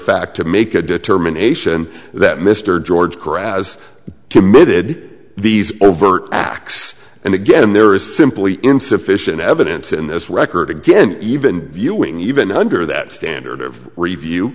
fact to make a determination that mr george carouse committed these overt acts and again there is simply insufficient evidence in this record again even viewing even under that standard of review